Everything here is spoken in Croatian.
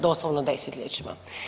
Doslovno desetljećima.